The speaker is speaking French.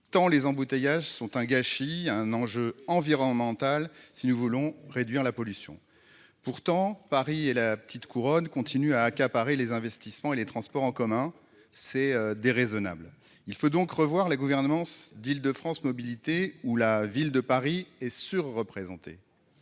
les embouteillages sont un gâchis -et un enjeu environnemental si nous voulons réduire la pollution. Pourtant, Paris et la petite couronne continuent à accaparer les investissements et les transports en commun. C'est déraisonnable ! Il faut donc revoir la gouvernance d'Île-de-France Mobilités, où la Ville de Paris est surreprésentée.